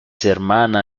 hermana